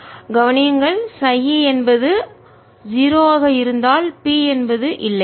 கவனியுங்கள் χ e என்பது 0 ஆக இருந்தால் P என்பது இல்லை